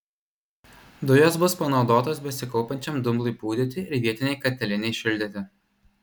dujos bus panaudotos besikaupiančiam dumblui pūdyti ir vietinei katilinei šildyti